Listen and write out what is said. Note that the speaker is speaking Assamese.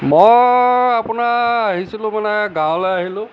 মই আপোনাৰ আহিছিলোঁ মানে গাঁৱলৈ আহিলোঁ